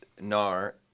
NAR